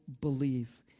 believe